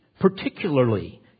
particularly